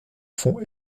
font